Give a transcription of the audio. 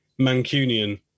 Mancunian